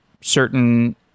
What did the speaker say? certain